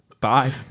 Bye